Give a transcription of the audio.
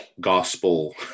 gospel